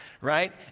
right